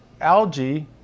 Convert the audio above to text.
algae